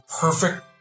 perfect